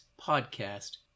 podcast